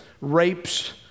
rapes